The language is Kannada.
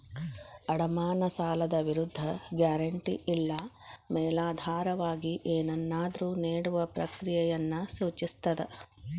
ಅಡಮಾನ ಸಾಲದ ವಿರುದ್ಧ ಗ್ಯಾರಂಟಿ ಇಲ್ಲಾ ಮೇಲಾಧಾರವಾಗಿ ಏನನ್ನಾದ್ರು ನೇಡುವ ಪ್ರಕ್ರಿಯೆಯನ್ನ ಸೂಚಿಸ್ತದ